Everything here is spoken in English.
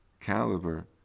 caliber